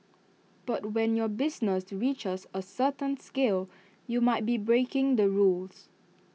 but when your business reaches A certain scale you might be breaking the rules